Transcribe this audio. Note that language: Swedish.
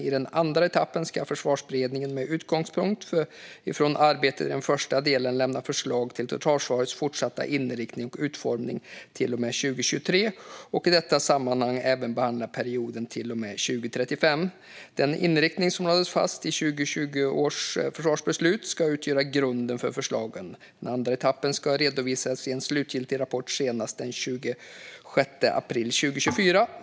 I den andra etappen ska Försvarsberedningen, med utgångspunkt i arbetet i den första delen, lämna förslag till totalförsvarets fortsatta inriktning och utformning till och med 2030 och i detta sammanhang även behandla perioden till och med 2035. Den inriktning som lades fast i 2020 års försvarsbeslut ska utgöra grunden för förslagen. Den andra etappen ska redovisas i en slutlig rapport senast den 26 april 2024.